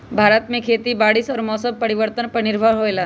भारत में खेती बारिश और मौसम परिवर्तन पर निर्भर होयला